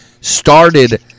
started